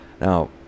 Now